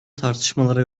tartışmalara